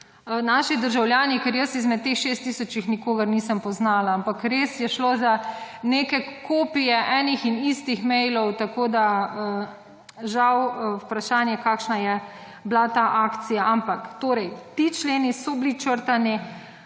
naši državljani, ker jaz izmed teh 6 tisočih nikogar nisem poznala, ampak res je šlo za neke kopije enih in istih mailov, tako da žal vprašanje kakšna je bila ta akcija. Torej, ti členi so bili črtani.